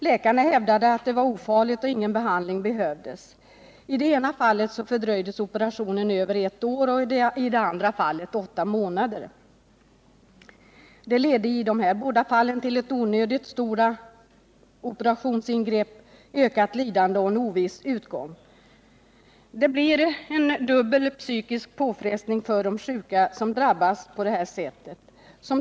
Läkarna hävdade att det var ofarligt och att ingen behandling behövdes. I det ena fallet fördröjdes operationen över ett år, i det andra fallet åtta månader. Det ledde i de här fallen till onödigt stora operationsingrepp, ökat lidande och en oviss utgång. Det blir en dubbel psykisk påfrestning för de sjuka som drabbas på detta sätt.